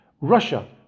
Russia